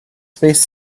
space